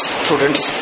students